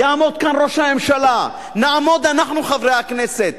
יעמוד כאן ראש הממשלה, נעמוד אנחנו חברי הכנסת